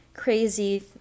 crazy